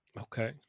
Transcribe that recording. okay